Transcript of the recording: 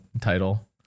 title